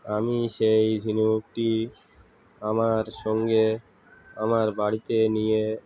আমি সেই ঝিনুকটি আমার সঙ্গে আমার বাড়িতে নিয়ে